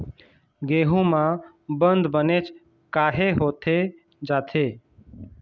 गेहूं म बंद बनेच काहे होथे जाथे?